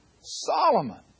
Solomon